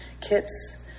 kits